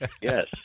Yes